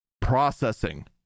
processing